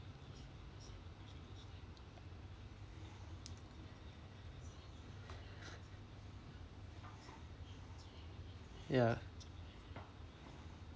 ya